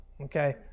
okay